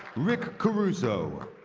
rick caruso.